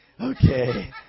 Okay